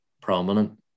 prominent